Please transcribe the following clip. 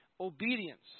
obedience